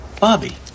Bobby